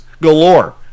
galore